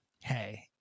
hey